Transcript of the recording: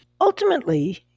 ultimately